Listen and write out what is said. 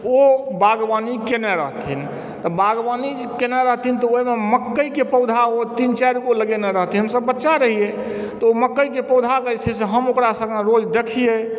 ओ बागवानी केनय रहथिन तऽ बागवानी जे केनय रहथिन तऽ ओहिमे मकैके पौधा ओ तीन चारि गो लगओने रहथिन हमसभ बच्चा रहियए तऽ ओ मकैके पौधाके जे छै हम ओकरा सङ्गे रोज देखिए